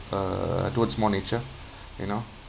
uh towards more nature you know